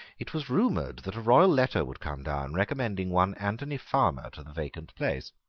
it was rumoured that a royal letter would come down recommending one anthony farmer to the vacant place.